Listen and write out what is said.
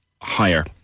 higher